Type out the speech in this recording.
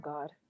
God